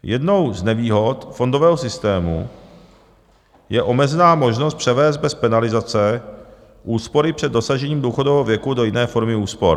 Jednou z nevýhod fondového systému je omezená možnost převést bez penalizace úspory před dosažením důchodového věku do jiné formy úspor.